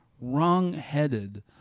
wrong-headed